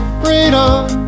freedom